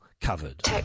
covered